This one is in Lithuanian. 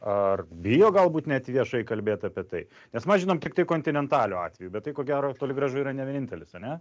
ar bijo galbūt net viešai kalbėt apie tai nes mas žinom tiktai kontinentalio atvejį bet tai ko gero toli gražu yra ne vienintelis ane